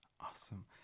Awesome